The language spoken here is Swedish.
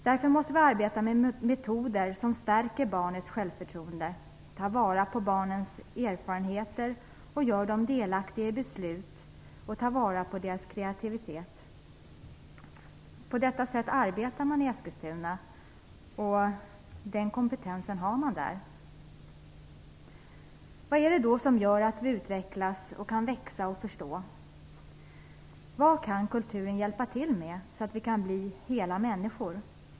Därför måste vi arbeta med metoder som stärker barnens självförtroende, tar vara på barnens erfarenheter och gör dem delaktiga i beslut och tar vara på deras kreativitet. På detta sätt arbetar man i Eskilstuna. Den kompetensen finns där. Vad är det som gör att vi kan utvecklas, växa och förstå? Vad kan kulturen hjälpa till med, så att vi kan bli hela människor?